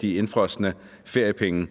de indefrosne feriepenge.